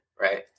Right